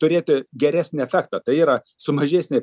turėti geresnį efektą tai yra su mažesniais